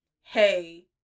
Hey